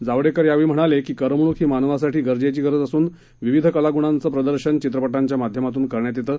जावडेकर पुढे म्हणाले की करमणूक ही मानवासाठी गरजेची असून विविध कलागुणांचे प्रदर्शन चित्रपटांच्या माध्यमातून करण्यात येतं